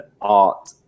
art